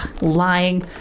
Lying